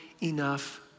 enough